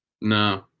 No